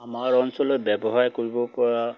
আমাৰ অঞ্চলত ব্যৱসায় কৰিব পৰা